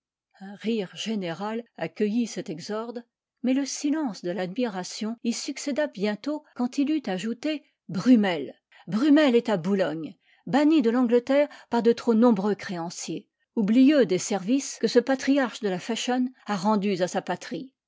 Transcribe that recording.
un rire général accueillit cet exorde mais le silence de l'admiration y succéda bientôt quand il eut ajouté brummel brummel est à boulogne banni de l'angleterre par de trop nombreux créanciers oublieux des services que ce patriarche de la fashion a rendus à sa patrie